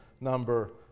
number